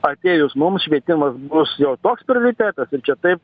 atėjus mums švietimas bus jau toks prioritetas ir čia taip